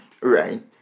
Right